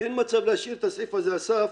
אין מצב להשאיר את הסעיף הזה, אסף,